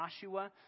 Joshua